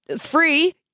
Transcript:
free